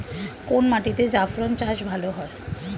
কোন মাটিতে জাফরান চাষ ভালো হয়?